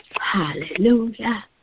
Hallelujah